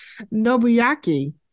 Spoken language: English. Nobuyaki